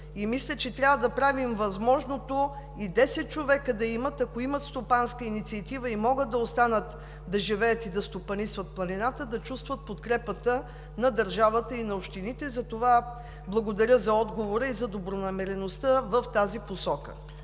И мисля, че трябва да правим възможното и десет човека да има, ако имат стопанска инициатива и могат да останат да живеят и да стопанисват планината, да чувстват подкрепата на държавата и на общините. Затова благодаря за отговора и за добронамереността в тази посока.